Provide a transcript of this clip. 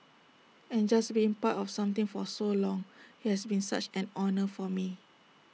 and just being part of something for so long IT has been such an honour for me